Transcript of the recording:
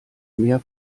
mehr